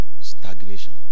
stagnation